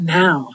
now